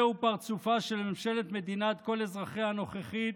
זהו פרצופה של ממשלת מדינת כל אזרחיה הנוכחית,